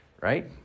right